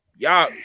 Y'all